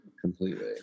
completely